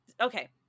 Okay